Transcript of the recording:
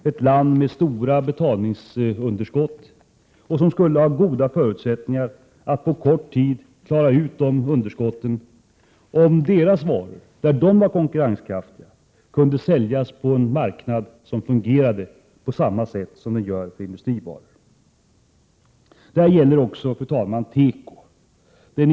Detta land, som har ett stort betalningsunderskott, skulle ha goda förutsättningar att på kort tid få bort underskotten, om dess konkurrenskraftiga varor kunde säljas på en marknad som fungerade på samma sätt som den gör för industrivaror. Det här gäller också, fru talman, tekobranschen.